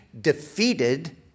defeated